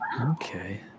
okay